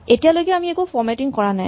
এতিয়ালৈকে আমি একো ফৰমেটিং কৰা নাই